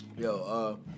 Yo